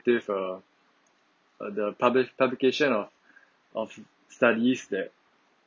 uh uh the public publication of of studies that